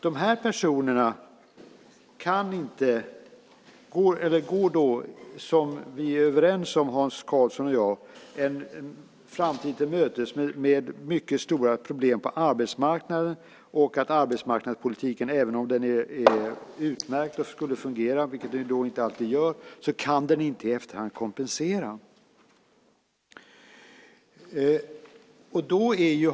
Dessa personer går, som Hans Karlsson och jag är överens om, en framtid till mötes med mycket stora problem på arbetsmarknaden. Även om arbetsmarknadspolitiken är utmärkt och fungerar, vilket den inte alltid gör, kan den inte i efterhand kompensera.